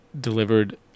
delivered